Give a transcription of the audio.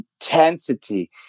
intensity